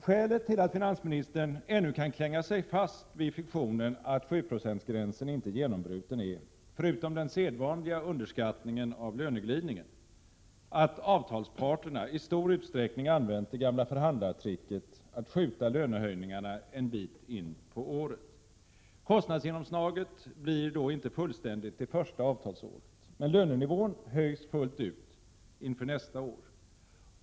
Skälet till att finansministern ännu kan klänga sig fast vid fiktionen att 7-procentsgränsen inte är genombruten är — förutom den sedvanliga underskattningen av löneglidningen — att avtalsparterna i stor utsträckning använt det gamla förhandlartricket att skjuta lönehöjningarna en bit in på året. Kostnadsgenomslaget blir då inte fullständigt det första avtalsåret. Men lönenivån höjs fullt ut inför nästa år.